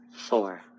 four